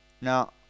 now